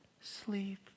sleep